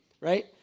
right